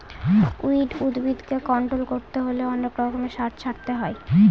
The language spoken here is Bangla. উইড উদ্ভিদকে কন্ট্রোল করতে হলে অনেক রকমের সার ছড়াতে হয়